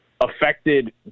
affected